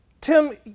Tim